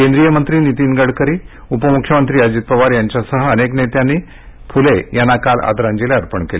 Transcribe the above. केंद्रीय मंत्री नितीन गडकरी उपमुख्यमंत्री अजित पवार यांच्यासह अनेक नेत्यांनी फुले यांना काल आंदराजली अर्पण केली